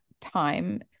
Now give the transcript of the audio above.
time